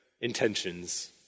intentions